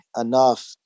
enough